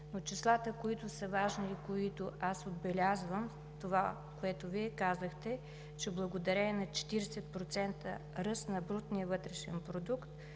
но числата, които са важни и които отбелязвам – което Вие казахте, че благодарение на 40% ръст на брутния вътрешен продукт